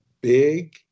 big